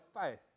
faith